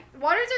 waters